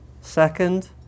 Second